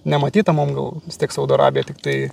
nematyta man gal vis tiek saudo arabiją tiktai